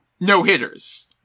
no-hitters